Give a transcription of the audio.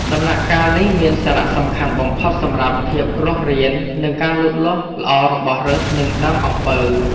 ដំណាក់កាលនេះមានសារៈសំខាន់បំផុតសម្រាប់ភាពរស់រាន និងការលូតលាស់ល្អរបស់ឫស និងដើមអំពៅ។